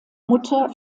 mutter